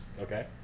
okay